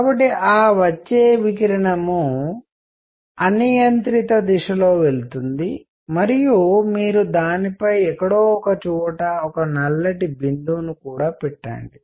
కాబట్టి ఆ వచ్చే వికిరణం అనియంత్రిత దిశలో వెళుతుంది మరియు మీరు దానిపై ఎక్కడో ఒక చోట ఒక నల్లటి బిందువును కూడా పెట్టండి